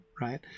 Right